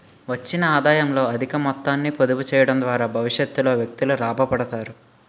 వచ్చిన ఆదాయంలో అధిక మొత్తాన్ని పొదుపు చేయడం ద్వారా భవిష్యత్తులో వ్యక్తులు లాభపడతారు